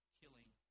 killing